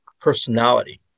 personality